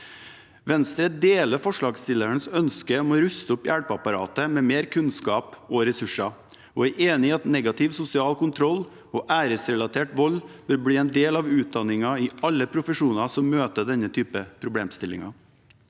Venstre deler forslagsstillernes ønske om å ruste opp hjelpeapparatet med mer kunnskap og ressurser, og er enig i at negativ sosial kontroll og æresrelatert vold bør bli en del av utdanningen i alle profesjoner som møter denne typen problemstillinger.